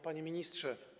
Panie Ministrze!